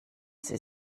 sie